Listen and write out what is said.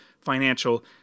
financial